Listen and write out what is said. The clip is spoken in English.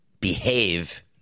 behave